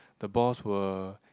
the boss will